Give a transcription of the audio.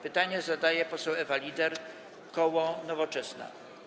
Pytanie zadaje poseł Ewa Lieder, koło Nowoczesna.